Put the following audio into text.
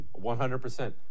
100%